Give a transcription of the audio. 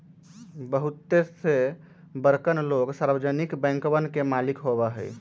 बहुते से बड़कन लोग सार्वजनिक बैंकवन के मालिक होबा हई